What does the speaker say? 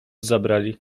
zabrali